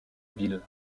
ville